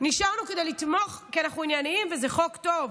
כדי לתמוך, כי אנחנו ענייניים, וזה חוק טוב.